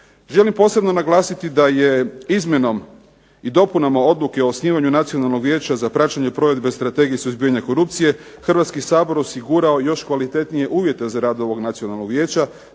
Želim posebno naglasiti da je izmjenom i dopunama odluke o osnivanju Nacionalnog vijeća za praćenje provedbe strategije suzbijanja korupcije Hrvatski sabor osigurao još kvalitetnije uvjete za rad ovog nacionalnog vijeća,